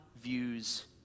views